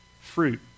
fruit